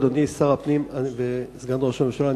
אדוני שר הפנים וסגן ראש הממשלה,